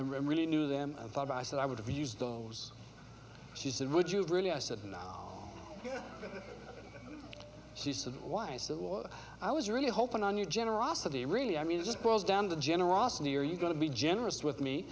and really knew them i thought i said i would have used those she said would you really i said no she said why's that was i was really hoping on your generosity really i mean it just boils down to generosity are you going to be generous with me